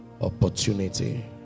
opportunity